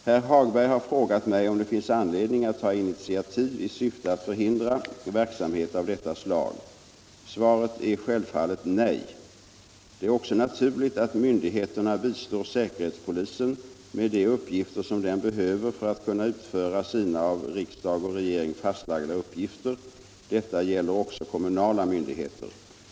Herr Hagberg har frågat mig om det finns anledning att ta initiativ i syfte att förhindra verksamhet av detta slag. Svaret är självfallet nej. Det är också naturligt att myndigheterna bistår säkerhetspolisen med uppgifter som den behöver för att kunna utföra sina av riksdag och regering fastlagda uppgifter. Detta gäller också kommunala myndigheter.